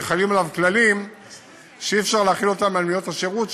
וחלים עליו כללים שאי-אפשר להחיל אותם על מוניות השירות,